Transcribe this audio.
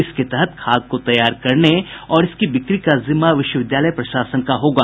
इसके तहत खाद को तैयार करने और इसकी बिक्री का जिम्मा विश्वविद्यालय प्रशासन का होगा